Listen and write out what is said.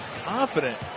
confident